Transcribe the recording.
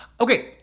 Okay